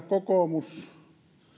kokoomus